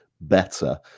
better